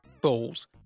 balls